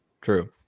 true